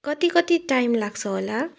कति कति टाइम लाग्छ होला